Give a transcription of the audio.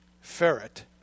Ferret